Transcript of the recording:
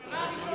השנה הראשונה,